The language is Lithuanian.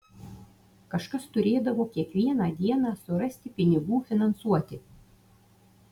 kažkas turėdavo kiekvieną dieną surasti pinigų finansuoti